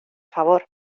favor